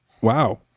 Wow